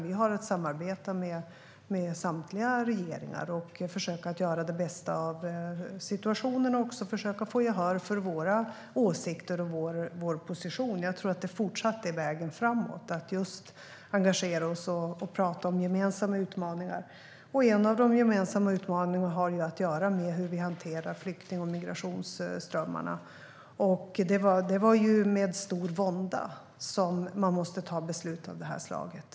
Vi har att samarbeta med samtliga regeringar, att försöka göra det bästa av situationen samt försöka få gehör för våra åsikter och vår position. Jag tror att det även i fortsättningen är vägen framåt att engagera oss och prata om gemensamma utmaningar. En av de gemensamma utmaningarna har att göra med hur vi hanterar flykting och migrationsströmmarna. Det är med stor vånda regeringen har fattat beslut av det slaget.